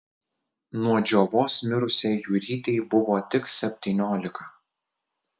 nuo džiovos mirusiai jurytei buvo tik septyniolika